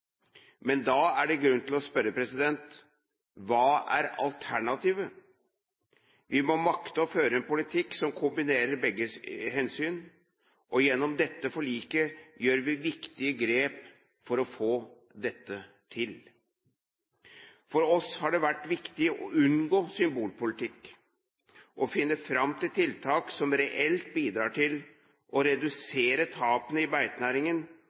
Men da er det grunn til å spørre: Hva er alternativet? Vi må makte å føre en politikk som kombinerer begge hensyn, og gjennom dette forliket gjør vi viktige grep for å få dette til. For oss har det vært viktig å unngå symbolpolitikk og finne fram til tiltak som reelt bidrar til å redusere tapene i beitenæringen